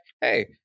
hey